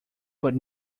but